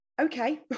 okay